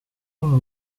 mon